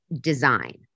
design